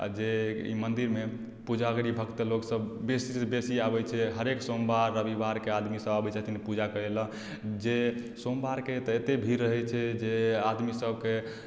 आओर जे ई मन्दिरमे पुजगिरी भक्त लोक सब बेसी सँ बेसी आबय छै हरेक सोमवार रविवारके आदमी सब आबय छथिन पूजा करय लए जे सोमवारके तऽ अते भीड़ रहय छै जे आदमी सबके